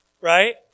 right